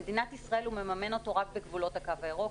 במדינת ישראל הוא מממן אותו רק בגבולות הקו הירוק,